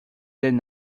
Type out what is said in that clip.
than